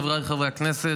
חבריי חברי הכנסת,